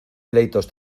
pleitos